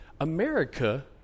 America